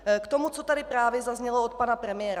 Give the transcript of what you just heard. K tomu, co tady právě zaznělo od pana premiéra.